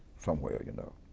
somewhere, you know.